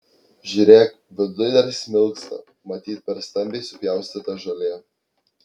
žiūrėk viduj dar smilksta matyt per stambiai supjaustyta žolė